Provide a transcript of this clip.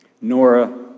Nora